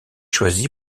choisi